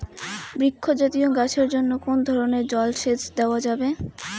বৃক্ষ জাতীয় গাছের জন্য কোন ধরণের জল সেচ দেওয়া যাবে?